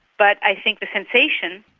but i think the sensation,